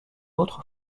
autre